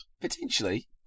potentially